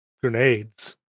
grenades